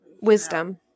Wisdom